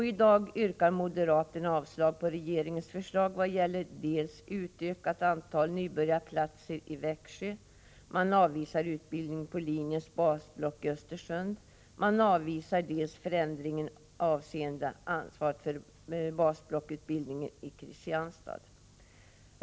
I dag yrkar moderaterna avslag på regeringens förslag vad gäller utökat antal nybörjarplatser i Växjö, man avvisar utbildning på linjens basblock i Östersund och man avvisar förändringen avseende ansvar för basblocksutbildningen i Kristianstad.